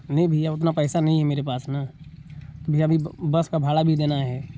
नहीं भैया उतना पैसा नहीं है मेरे पास ना भैया अभी ब बस का भाड़ा भी देना है